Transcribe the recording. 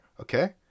okay